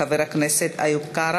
כי חברי הכנסת אוסאמה